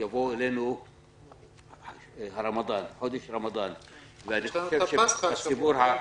מתחילים עוד מעט את הרמאדן וכן את הפסחא.